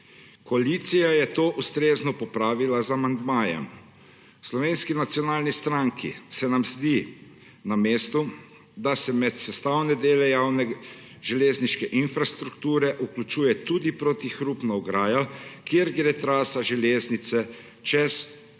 Koalicija je to ustrezno popravila z amandmajem. V Slovenski nacionalni stranki se nam zdi na mestu, da se med sestavne dele javne železniške infrastrukture vključuje tudi protihrupna ograja, kjer gre trasa železnice čez mesta